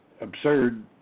absurd